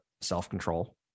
self-control